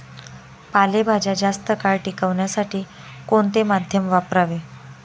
पालेभाज्या जास्त काळ टिकवण्यासाठी कोणते माध्यम वापरावे?